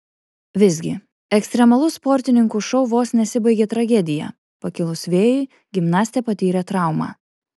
visgi ekstremalus sportininkų šou vos nesibaigė tragedija pakilus vėjui gimnastė patyrė traumą